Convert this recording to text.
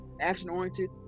action-oriented